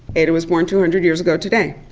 ada was born two hundred years ago today.